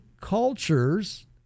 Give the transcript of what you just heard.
cultures